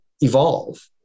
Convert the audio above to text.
evolve